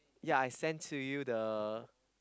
yea I send to you the